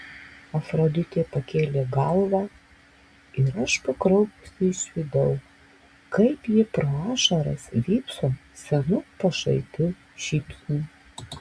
afroditė pakėlė galvą ir aš pakraupusi išvydau kaip ji pro ašaras vypso senu pašaipiu šypsniu